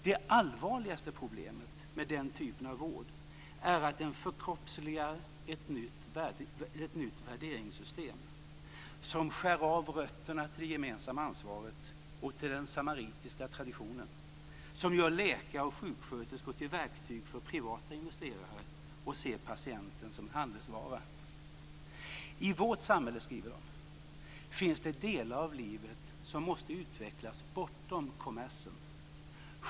Det allvarligaste problemet med den typen av vård är att den förkroppsligar ett nytt värderingssystem, som skär av rötterna till det gemensamma ansvaret och till den samaritiska traditionen, gör läkare och sjuksköterskor till verktyg för privata investerare och ser patienten som en handelsvara. I vårt samhälle finns det delar av livet som måste utvecklas bortom kommersen.